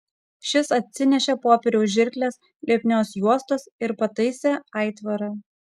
šis atsinešė popieriaus žirkles lipnios juostos ir pataisė aitvarą